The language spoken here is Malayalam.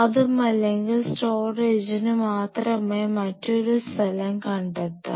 അതുമല്ലെങ്കിൽ സ്റ്റോറേജിനു മാത്രമായി മറ്റൊരു സ്ഥലം കണ്ടെത്താം